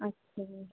ਅੱਛਾ ਜੀ